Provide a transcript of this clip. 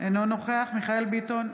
אינו נוכח מיכאל מרדכי ביטון,